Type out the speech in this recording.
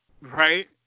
right